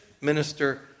minister